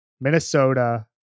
Minnesota